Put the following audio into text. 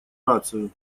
рацию